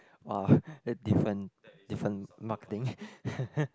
!wah! that different different mark thing